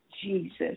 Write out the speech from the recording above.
Jesus